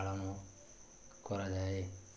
ପାଳନ କରାଯାଏ